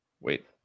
wait